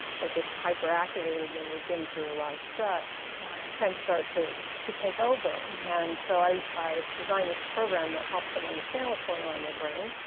that gets hyper-activated when they've been through a lot of stress wow. can start to to take over. and so i i designed this program that helps them understand what's going on in their brain,